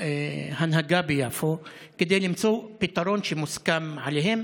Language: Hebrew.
עם ההנהגה ביפו כדי למצוא פתרון שמוסכם עליהם,